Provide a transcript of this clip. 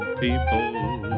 people